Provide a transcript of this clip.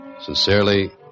Sincerely